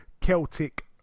Celtic